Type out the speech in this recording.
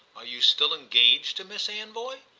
are you still engaged to miss anvoy?